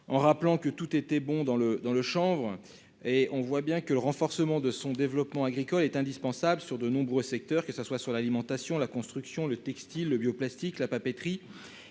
en rappelant que tout était bon dans le dans le chanvre et on voit bien que le renforcement de son développement agricole est indispensable sur de nombreux secteurs, que ce soit sur l'alimentation, la construction, le textile, le bio plastiques la papeterie